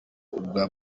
urwa